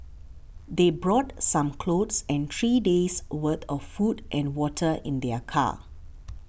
they brought some clothes and three days' worth of food and water in their car